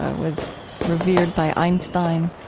ah was revered by einstein